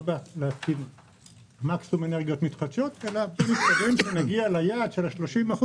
לא בנתיב של מקסימום אנרגיות מתחדשות אלא אומרים שנגיע ליעד של 30%